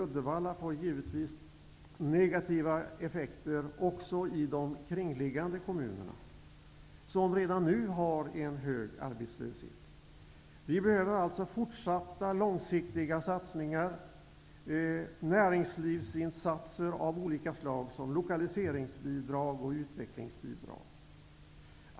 Uddevalla får givetvis negativa effekter också i de kringliggande kommunerna, som redan nu har en hög arbetslöshet. Vi behöver alltså fortsatta långsiktiga satsningar, näringslivsinsatser av olika slag, som lokaliseringsbidrag och utvecklingsbidrag.